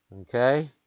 okay